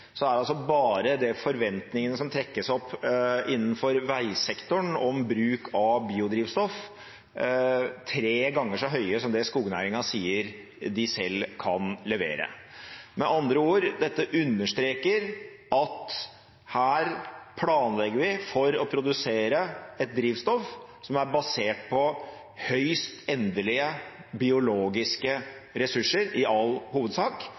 så høye som det skognæringen sier de selv kan levere. Med andre ord: Dette understreker at her planlegger vi for å produsere et drivstoff som er basert på høyst endelige biologiske ressurser, i all hovedsak,